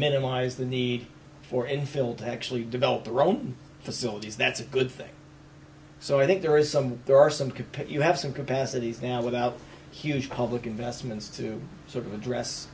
minimize the need for infill to actually develop their own facilities that's a good thing so i think there is some there are some could you have some capacities now without huge public investments to sort of address